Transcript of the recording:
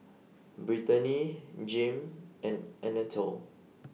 Brittani Jame and Anatole